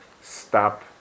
stop